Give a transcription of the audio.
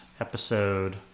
episode